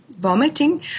vomiting